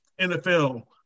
NFL